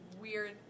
weird